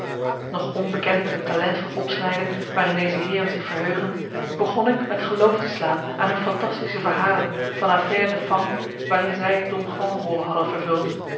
nog onbekend met het talent van opsnijden waarin deze heeren zich verheugen begon ik met geloof te slaan aan hun fantastische verhalen van affaires de femmes waarin zij don juan rollen hadden vervuld